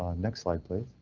ah next slide please.